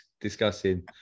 discussing